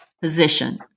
position